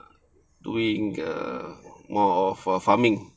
doing err more of for farming